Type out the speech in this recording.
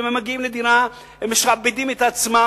ואם הם מגיעים לדירה הם משעבדים את עצמם,